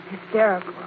Hysterical